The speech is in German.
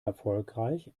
erfolgreich